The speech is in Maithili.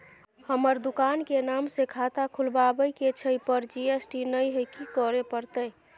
हमर दुकान के नाम से खाता खुलवाबै के छै पर जी.एस.टी नय हय कि करे परतै?